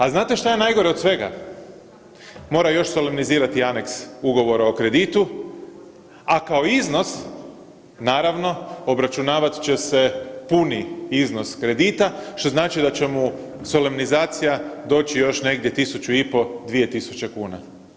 A znate šta je najgore od svega mora još solemnizirati aneks ugovora o kreditu, a kao iznos naravno obračunavat će puni iznos kredita što znači da će mu solemnizacija doći još negdje 1.500 – 2.000 kuna.